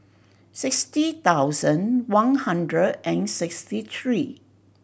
sixty thousand one hundred and sixty three